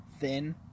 thin